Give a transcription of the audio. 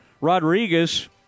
Rodriguez